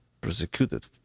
persecuted